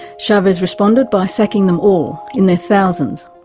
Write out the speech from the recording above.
chavez responded by sacking them all, in their thousands,